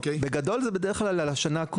בגדול, זה בדרך על השנה הקודמת.